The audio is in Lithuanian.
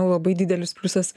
labai didelis pliusas